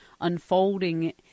unfolding